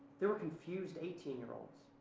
there were confused eighteen year olds.